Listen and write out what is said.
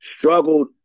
Struggled